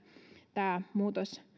tämä muutos